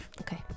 Okay